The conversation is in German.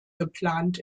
geplant